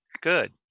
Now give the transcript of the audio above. Good